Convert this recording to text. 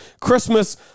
Christmas